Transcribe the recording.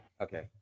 okay